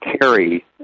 carry